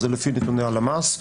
לפי נתוני הלמ"ס,